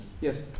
Yes